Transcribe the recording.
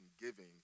giving